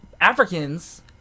Africans